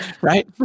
Right